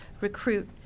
recruit